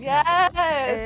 Yes